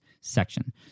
section